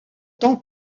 tant